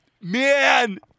man